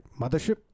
Mothership